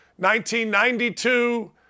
1992